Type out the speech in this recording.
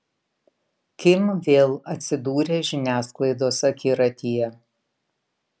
kim vėl atsidūrė žiniasklaidos akiratyje